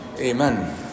Amen